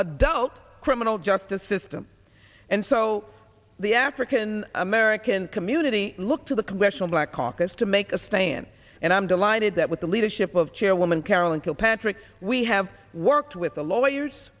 adult criminal justice system and so the african american community look to the congressional black caucus to make a stand and i'm delighted that with the leadership of chairwoman carolyn kilpatrick we have worked with the lawyers